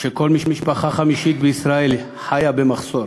כשכל משפחה חמישית בישראל חיה במחסור